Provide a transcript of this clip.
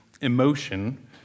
emotion